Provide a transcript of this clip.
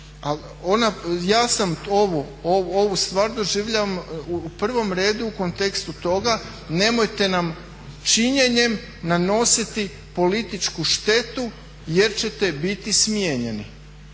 Ali ja ovu stvar doživljavam u prvom redu u kontekstu toga, nemojte nam činjenjem nanositi političku štetu jer ćete biti smijenjeni.